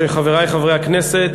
חברי חברי הכנסת,